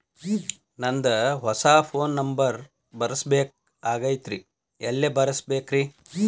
ನಂದ ಹೊಸಾ phone number ಬರಸಬೇಕ್ ಆಗೈತ್ರಿ ಎಲ್ಲೆ ಬರಸ್ಬೇಕ್ರಿ?